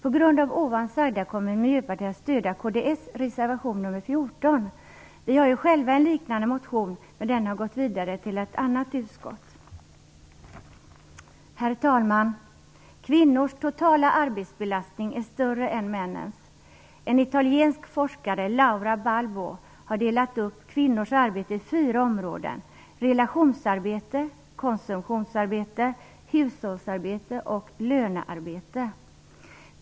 Med ovan sagda kommer Miljöpartiet att stödja kds-reservation 14. Vi har själva en liknande motion, men den har remitterats vidare till ett annat utskott. Herr talman! Kvinnors totala arbetsbelastning är större än männens. En italiensk forskare Laura Balbo har delat upp kvinnors arbete i fyra områden: relationsarbete, konsumtionsarbete, hushållsarbete och lönearbete.